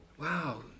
Wow